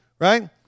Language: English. right